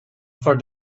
for